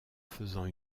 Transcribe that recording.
faisant